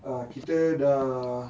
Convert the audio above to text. ah kita dah